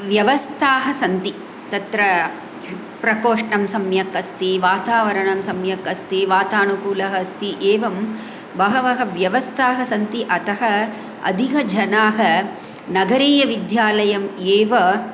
व्यवस्थाः सन्ति तत्र प्रकोष्टं सम्यक् अस्ति वातावरणं सम्यक् अस्ति वातानुकूलः अस्ति एवं बहवः व्यवस्थाः सन्ति अतः अधिकजनाः नगरीयविद्यालयम् एव